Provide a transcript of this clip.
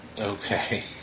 Okay